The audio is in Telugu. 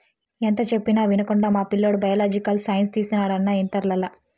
ఎంత చెప్పినా వినకుండా మా పిల్లోడు బయలాజికల్ సైన్స్ తీసినాడు అన్నా ఇంటర్లల